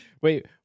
Wait